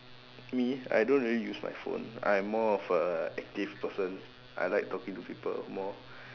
me I don't really use my phone I'm more of a active person I like talking to people more